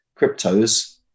cryptos